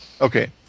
Okay